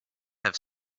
have